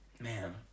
Man